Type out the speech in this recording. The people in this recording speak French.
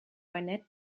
honnête